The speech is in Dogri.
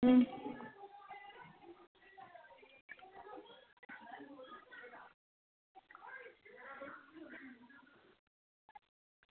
अं